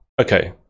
okay